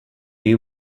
you